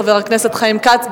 חבר הכנסת חיים כץ.